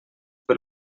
per